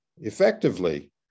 effectively